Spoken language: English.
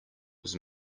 was